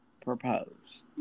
propose